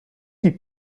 die